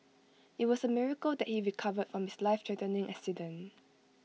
IT was A miracle that he recovered from his lifethreatening accident